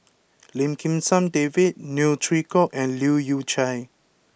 Lim Kim San David Neo Chwee Kok and Leu Yew Chye